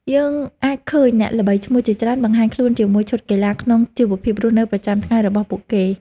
យើងអាចឃើញអ្នកល្បីឈ្មោះជាច្រើនបង្ហាញខ្លួនជាមួយឈុតកីឡាក្នុងជីវភាពរស់នៅប្រចាំថ្ងៃរបស់ពួកគេ។